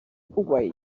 away